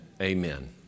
amen